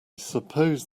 suppose